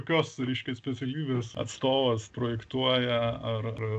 kokios reiškia specialybės atstovas projektuoja ar ar